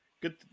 good